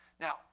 Now